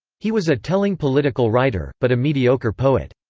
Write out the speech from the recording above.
he was a telling political writer, but a mediocre poet.